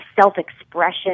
self-expression